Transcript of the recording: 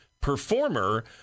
performer